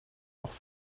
auch